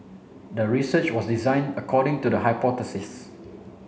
the research was designed according to the hypothesis